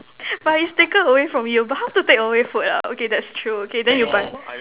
but is taken away from you but how to take away food ah okay that's true okay then you buy